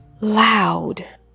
loud